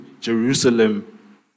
Jerusalem